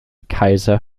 kaiser